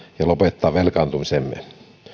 ja lopettaa velkaantumisemme